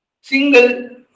Single